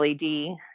LED